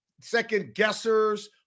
second-guessers